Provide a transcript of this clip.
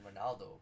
Ronaldo